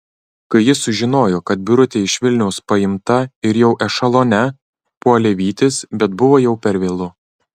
kai jis sužinojo kad birutė iš vilniaus paimta ir jau ešelone puolė vytis bet buvo jau per vėlu